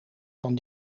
van